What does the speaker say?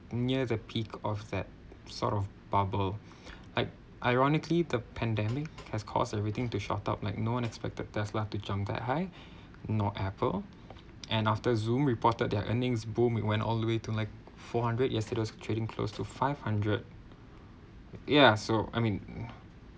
near the peak of that sort of bubble ironically the pandemic has cost and everything to shot up like no one expected Tesla to jump that high nor Apple and after zoom reported their earnings boom we went all the way to like four hundred yesterday's trading close to five hundred yeah so I mean